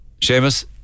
Seamus